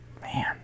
Man